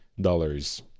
dollars